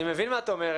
אני מבין מה את אומרת,